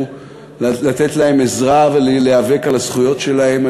לתת להם עזרה ולהיאבק על הזכויות שלהם.